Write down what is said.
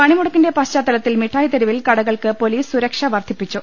പണിമുടക്കിന്റെ പശ്ചാത്തലത്തിൽ മിഠായിത്തെരുവിൽ കടകൾക്ക് പൊലീസ് സുരക്ഷ വർദ്ധിപ്പിച്ചു